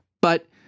but-